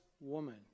woman